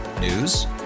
News